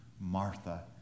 Martha